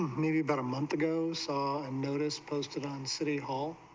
me me about a month ago saw a notice posted on city hall,